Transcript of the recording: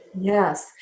Yes